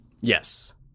yes